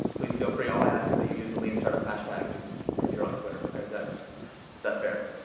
please feel free. all i ask is that you use the lean startup hash tag, at least if you're on twitter. okay. is that is that fair?